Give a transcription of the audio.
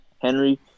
Henry